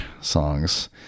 songs